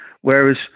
Whereas